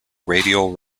radial